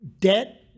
debt